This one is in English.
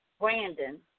Brandon